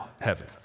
heaven